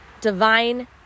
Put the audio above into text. divine